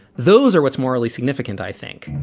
those are what's morally significant, i think.